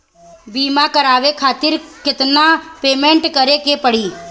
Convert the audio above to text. बीमा करावे खातिर केतना पेमेंट करे के पड़ी?